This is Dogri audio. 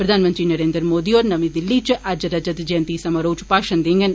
प्रधानमंत्री नरेन्द्र मोदी होर नमीं दिल्ली च अज्ज रजत जयंती समारोह च भाषण देडन